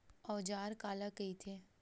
औजार काला कइथे?